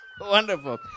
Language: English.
Wonderful